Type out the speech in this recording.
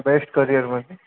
best करिअरवरती